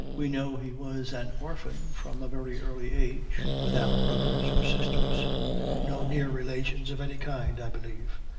we know he was an orphan from a very early age, without brothers or sisters no near relations of any kind, i believe,